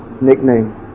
nickname